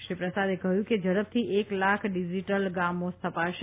શ્રી પ્રસાદે કહ્યું કે ઝડપથી એક લાખ ડીજીટલ ગામો સ્થપાશે